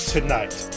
Tonight